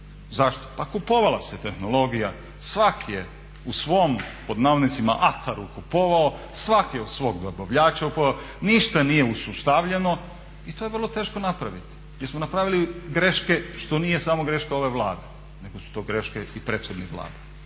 Zašto? Pa kupovala se tehnologija, svak je u svom ″ataru″ kupovao, svaki od svog dobavljača …, ništa nije usustavljeno i to je vrlo teško napraviti jer smo napravili greške što nije samo greška ove Vlade nego su to greške i prethodnih Vlada.